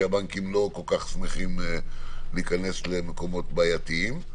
כי הבנקים לא כל כך שמחים להיכנס למקומות בעייתיים.